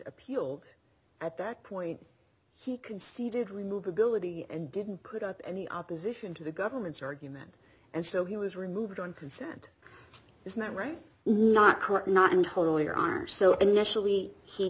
appealed at that point he conceded remove ability and didn't put up any opposition to the government's argument and so he was removed on consent is not right not not and holier are so initially he